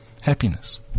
Happiness